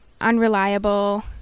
unreliable